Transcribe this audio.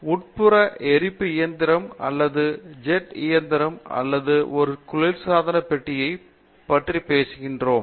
உட்புற எரிப்பு இயந்திரம் அல்லது ஜெட் இயந்திரம் அல்லது ஒரு குளிர்சாதனப்பெட்டியைப் பற்றி பேசுகிறீர்கள்